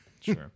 Sure